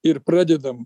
ir pradedam